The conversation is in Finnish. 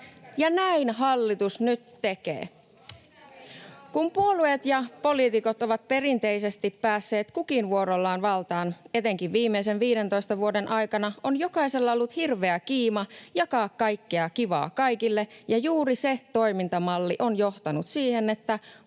Ja näin hallitus nyt tekee. Kun puolueet ja poliitikot ovat perinteisesti päässeet kukin vuorollaan valtaan, etenkin viimeisen viidentoista vuoden aikana, on jokaisella ollut hirveä kiima jakaa kaikkea kivaa kaikille, ja juuri se toimintamalli on johtanut siihen, että